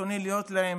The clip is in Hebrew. ברצוני להיות להם